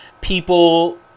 people